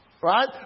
Right